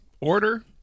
order